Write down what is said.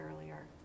earlier